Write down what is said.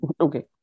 Okay